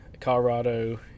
Colorado